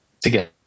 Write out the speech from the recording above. together